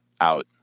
out